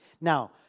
Now